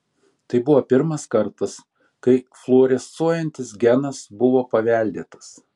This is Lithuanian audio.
tai buvo pirmas kartas kai fluorescuojantis genas buvo paveldėtas